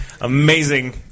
amazing